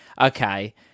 okay